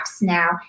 now